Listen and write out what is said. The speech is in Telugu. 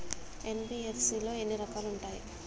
ఎన్.బి.ఎఫ్.సి లో ఎన్ని రకాలు ఉంటాయి?